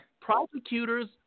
Prosecutors